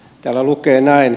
täällä lukee näin